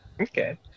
okay